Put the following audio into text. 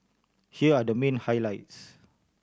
here are the main highlights